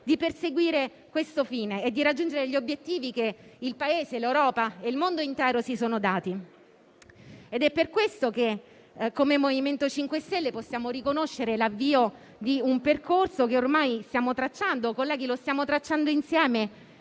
di perseguire questo fine e di raggiungere gli obiettivi che il Paese, l'Europa e il mondo intero si sono dati. È per questo che, come MoVimento 5 Stelle, possiamo riconoscere l'avvio di un percorso che ormai stiamo tracciando e che, colleghi, stiamo tracciando insieme.